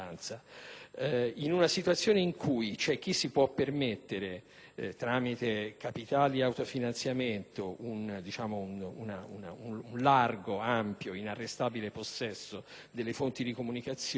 In una situazione in cui c'è chi si può permettere, tramite capitali ed autofinanziamenti, un largo, ampio ed inarrestabile possesso delle fonti di comunicazione